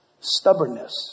stubbornness